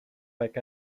back